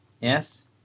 Yes